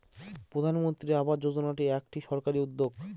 প্রধানমন্ত্রী আবাস যোজনা একটি সরকারি উদ্যোগ